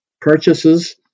purchases